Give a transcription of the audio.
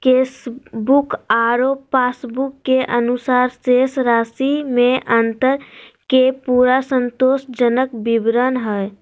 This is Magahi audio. कैशबुक आरो पास बुक के अनुसार शेष राशि में अंतर के पूरा संतोषजनक विवरण हइ